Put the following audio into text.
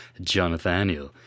Jonathan